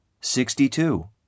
Sixty-two